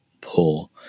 poor